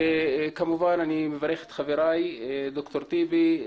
כמובן שאני מברך את חברי דוקטור טיבי,